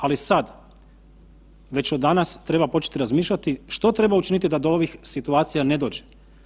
Ali sad, već od danas treba početi razmišljati što treba učiniti da do ovih situacija ne dođe.